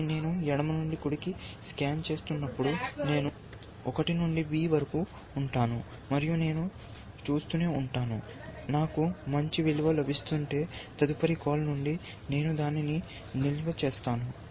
ఆపై నేను ఎడమ నుండి కుడికి స్కాన్ చేస్తున్నప్పుడు నేను 1 నుండి b వరకు ఉంటాను మరియు నేను చూస్తూనే ఉంటాను నాకు మంచి విలువ లభిస్తుంటే తదుపరి కాల్ నుండి నేను దానిని నిల్వ చేస్తాను